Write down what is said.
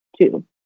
two